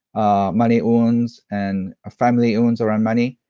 ah money wounds and family wounds around money.